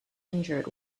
injured